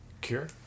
Cure